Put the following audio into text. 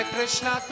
Krishna